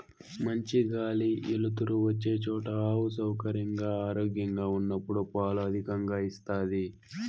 మంచి గాలి ఎలుతురు వచ్చే చోట ఆవు సౌకర్యంగా, ఆరోగ్యంగా ఉన్నప్పుడు పాలు అధికంగా ఇస్తాది